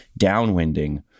downwinding